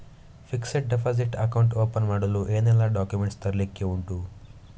Fixed deposit account open ಮಾಡಲು ಏನೆಲ್ಲಾ documents ತರ್ಲಿಕ್ಕೆ ಉಂಟು?